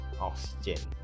oxygen